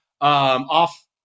off